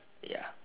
ya